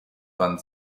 van